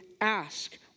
ask